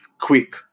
Quick